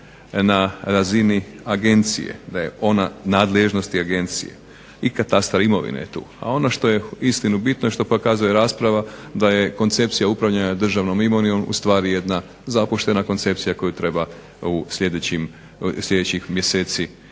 u razini agencije, da je ona u nadležnosti agencije i katastar imovine je tu. A ono što je uistinu bitno i što pak kazuje rasprava da je koncepcija upravljanja državnom imovinom ustvari jedna zapuštena koncepcija koju treba u sljedećih mjeseci